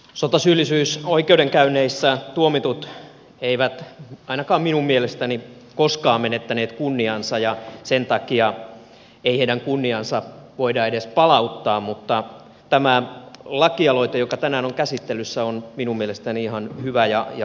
sotasyyllisyysoikeudenkäynneissä tuomitut eivät ainakaan minun mielestäni koskaan menettäneet kunniaansa ja sen takia ei heidän kunniaansa voida edes palauttaa mutta tämä lakialoite joka tänään on käsittelyssä on minun mielestäni ihan hyvä ja perusteltu